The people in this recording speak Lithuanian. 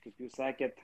kaip jūs sakėte